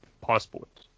passport